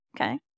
Okay